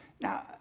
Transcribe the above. Now